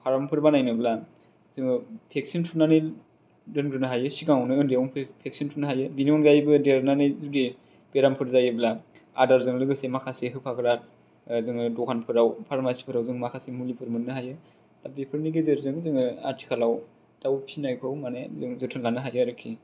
palm फोर बानायनोब्ला जोङो भेकसिन थुनानै दोनग्रोनो हायो सिगाङावनो उन्दैयावनो भेकसिन थुनो हायो बिनि अनगायैबो देरनानै जुदि बेरामफोर जायोब्ला आदारजों लोगोसे माखासे होफाग्रा जोङो दखानफोराव फार्मासि फोराव जों माखासे मुलिफोर मोन्नो हायो दा बेफोरनि गेजेरजों जोङो आथिखालाव दाउ फिनायखौ माने जों जोथोन लानो हायो आरोखि